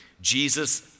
Jesus